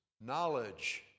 knowledge